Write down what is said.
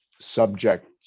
subject